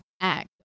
act